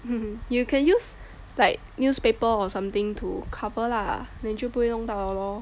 um you can use like newspaper or something to cover lah then 就不用倒咯